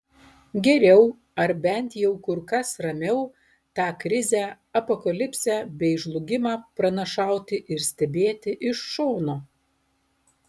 geriau ar bent jau kur kas ramiau tą krizę apokalipsę bei žlugimą pranašauti ir stebėti iš šono